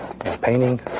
Painting